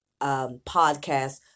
podcast